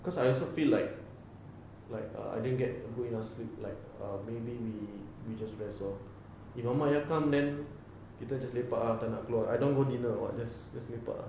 cause I also feel like like err I didn't a good enough sleep like err maybe we just rest lor if mama ayah come kita just lepak ah tak nak keluar I don't want go dinner of what just lepak ah